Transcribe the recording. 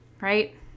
right